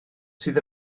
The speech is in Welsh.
sydd